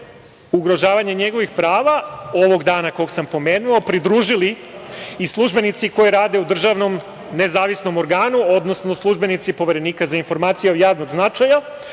ugrožavanje njegovih prava, ovog dana kog sam pomenuo, pridružili i službenici koji rade u državnom nezavisnom organu, odnosno službenici Poverenika za informacije od javnog značaja,